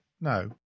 no